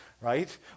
right